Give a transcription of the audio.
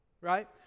right